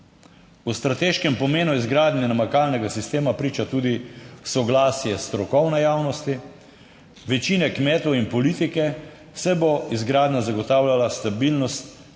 O strateškem pomenu izgradnje namakalnega sistema priča tudi soglasje strokovne javnosti, večine kmetov in politike, saj bo izgradnja zagotavljala stabilnost